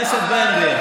חבר הכנסת בן גביר,